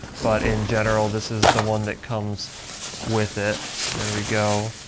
but in general, this is the one that comes with it, so there we go.